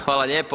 Hvala lijepo.